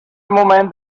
moment